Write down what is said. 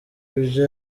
ibyo